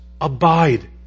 abide